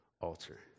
altar